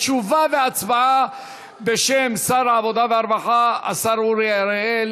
תשובה והצבעה בשם שר העבודה והרווחה השר אורי אריאל.